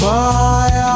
Fire